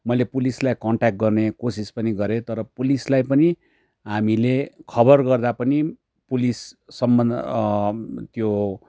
मैले पुलिसलाई कन्ट्याक्ट गर्ने कोसिस पनि गरेँ तर पुलिसलाई पनि हामीले खबर गर्दा पनि पुलिससम्मन् त्यो